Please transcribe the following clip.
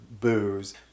Booze